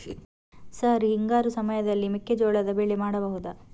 Sir ಹಿಂಗಾರು ಸಮಯದಲ್ಲಿ ಮೆಕ್ಕೆಜೋಳದ ಬೆಳೆ ಮಾಡಬಹುದಾ?